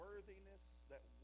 Worthiness—that